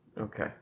okay